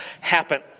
happen